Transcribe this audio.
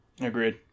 agreed